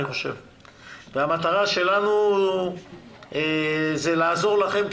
המטרה שלנו היא לעזור לכם,